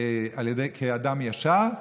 כאדם ישר,